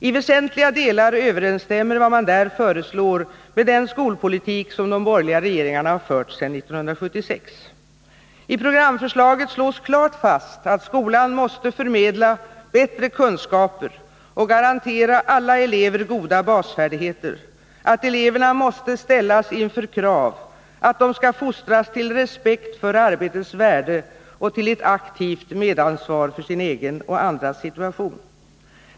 I väsentliga delar överensstämmer vad man där föreslår med den skolpolitik som de borgerliga regeringarna har fört sedan 1976. I programförslaget slås klart fast att skolan måste förmedla bättre kunskaper och garantera alla elever goda basfärdigheter, att eleverna måste ställas inför krav, att de skall fostras till respekt för arbetets värde och till ett aktivt medansvar för sin egen och andras situation.